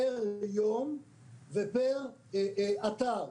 פר יום ופר אתר.